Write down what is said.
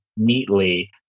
neatly